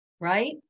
right